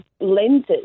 lenses